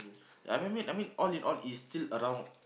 I mean mean I mean all in all it's still around